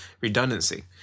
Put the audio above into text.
redundancy